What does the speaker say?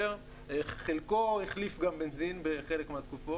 חלקו החליף גם בנזין בחלק מהתקופות.